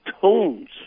tones